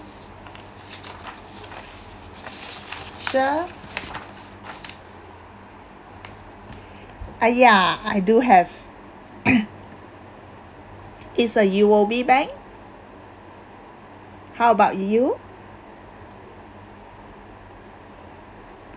sure !aiya! I do have it's a U_O_B bank how about you